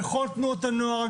בכל תנועות הנוער,